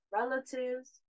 relatives